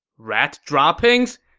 rat droppings?